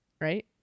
Right